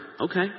okay